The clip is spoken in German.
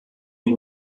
ihn